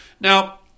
Now